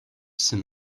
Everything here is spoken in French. c’est